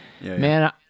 Man